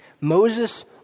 Moses